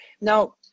Now